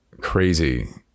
crazy